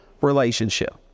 relationship